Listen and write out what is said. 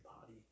body